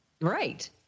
Right